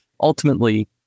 Ultimately